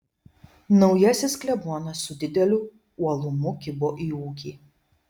naujasis klebonas su dideliu uolumu kibo į ūkį